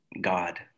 God